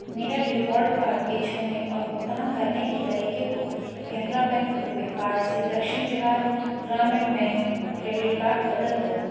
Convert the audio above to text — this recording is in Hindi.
मेरे डिफ़ॉल्ट कार्ड के छूने और भुगतान करने के तरीके को कैनरा बैंक रुपे कार्ड से Dakshin Bihar Gramin bank credit card बदल दो